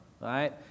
right